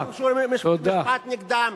ואנחנו שומעים שיש משפט נגדם.